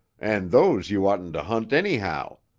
and those you oughtn't to hunt anyhow.